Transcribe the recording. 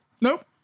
nope